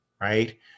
right